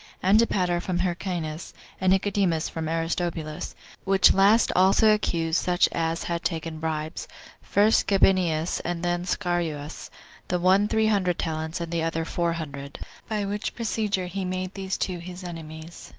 antipater from hyrcanus, and nicodemus from aristobulus which last also accused such as had taken bribes first gabinius, and then scaurus the one three hundred talents, and the other four hundred by which procedure he made these two his enemies,